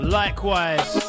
likewise